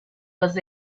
was